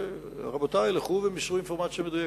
רבותי, לכו ומסרו אינפורמציה מדויקת.